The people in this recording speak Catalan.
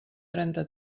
trenta